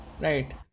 Right